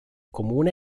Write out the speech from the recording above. comune